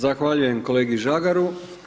Zahvaljujem kolegi Žagaru.